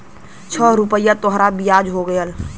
छह रुपइया तोहार बियाज हो गएल